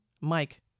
Mike